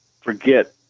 forget